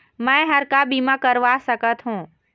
मैं हर का बीमा करवा सकत हो?